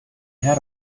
had